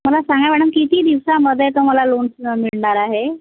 मला सांगा मॅडम किती दिवसामध्ये तो मला लोन मिळणार आहे